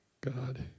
God